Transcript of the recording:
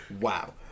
Wow